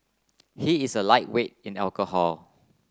he is a lightweight in alcohol